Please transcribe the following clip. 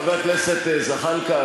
חבר הכנסת זחאלקה,